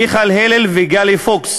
מיכל הלל וגיל פוקס,